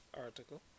article